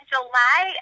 July